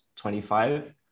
25